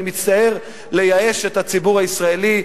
ואני מצטער לייאש את הציבור הישראלי,